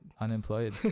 Unemployed